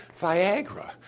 Viagra